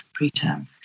preterm